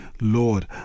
lord